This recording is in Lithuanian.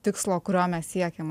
tikslo kurio mes siekiam